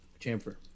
Chamfer